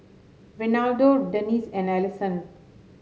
Reynaldo Dennie and Alisson